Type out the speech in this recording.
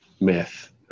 myth